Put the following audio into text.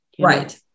right